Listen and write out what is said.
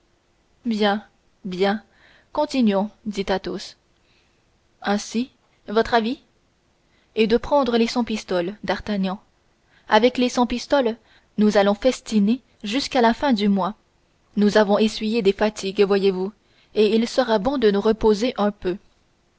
bien bien continuons dit athos ainsi votre avis est de prendre les cent pistoles d'artagnan avec les cent pistoles nous allons festiner jusqu'à la fin du mois nous avons essuyé des fatigues voyez-vous et il sera bon de nous reposer un peu